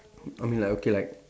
I mean like okay like